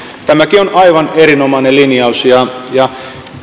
tämäkin on aivan erinomainen linjaus ja ja